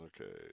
Okay